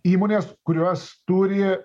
įmonės kurios turi